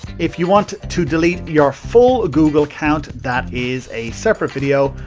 if you want to delete your full google account, that is a separate video,